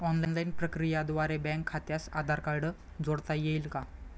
Online प्रक्रियेद्वारे bank खात्यास Aadhaar card जोडता येईल का?